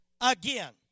again